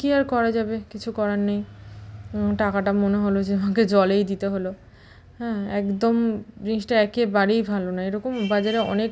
কী আর করা যাবে কিছু করার নেই টাকাটা মনে হল যে আমাকে জলেই দিতে হল হ্যাঁ একদম জিনিসটা একেবারেই ভালো নয় এরকম বাজারে অনেক